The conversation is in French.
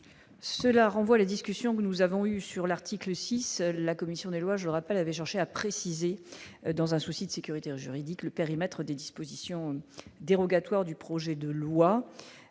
Cela renvoie la discussion que nous avons eues sur l'article 6, la commission des lois, je rappelle, avait cherché à préciser dans un souci de sécurité juridique le périmètre des dispositions dérogatoires du projet de loi